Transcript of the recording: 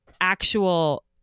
actual